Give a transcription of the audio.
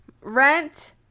rent